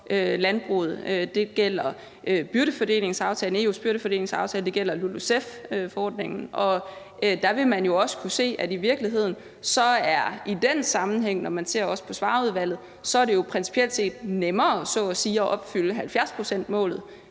landbruget. Det gælder EU's byrdefordelingsaftale, og det gælder LULUCF-forordningen, og der vil man jo også kunne se, at i virkeligheden er det i den sammenhæng, også når man ser på Svarerudvalget, principielt set nemmere så at sige at opfylde 70-procentsmålet,